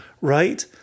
right